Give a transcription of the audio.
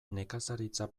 nekazaritza